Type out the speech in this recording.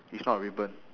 it's not a ribbon